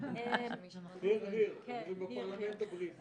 אני באה מדיון בוועדת העבודה